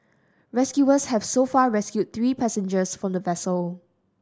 rescuers have so far rescued three passengers from the vessel